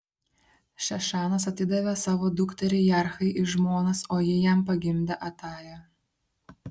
šešanas atidavė savo dukterį jarhai į žmonas o ji jam pagimdė atają